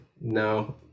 no